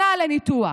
שנה, לניתוח,